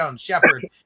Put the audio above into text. Shepard